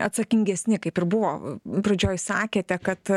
atsakingesni kaip ir buvo pradžioj sakėte kad